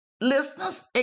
listeners